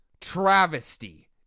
travesty